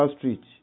Street